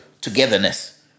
togetherness